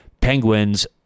Penguins